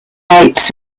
lights